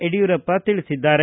ಯಡಿಯೂರಪ್ಪ ತಿಳಿಸಿದ್ದಾರೆ